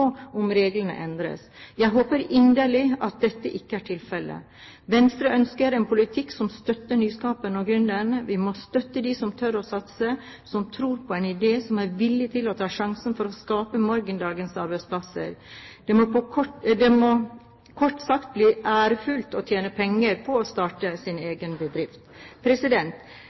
om reglene endres. Jeg håper inderlig at dette ikke er tilfellet. Venstre ønsker en politikk som støtter nyskaperne og gründerne. Vi må støtte dem som tør å satse, som tror på en idé og som er villig til å ta sjansen for å skape morgendagens arbeidsplasser. Det må kort sagt bli ærefullt å tjene penger på å starte egen bedrift.